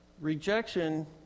rejection